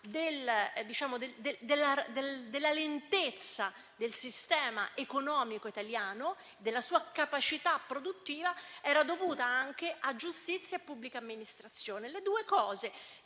della lentezza del sistema economico italiano e della sua capacità produttiva è dovuto anche a giustizia e pubblica amministrazione? Sono